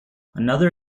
another